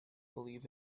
believe